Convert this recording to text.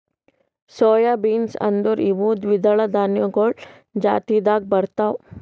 soy beans ಅಂದುರ್ ಇವು ದ್ವಿದಳ ಧಾನ್ಯಗೊಳ್ ಜಾತಿದಾಗ್ ಬರ್ತಾವ್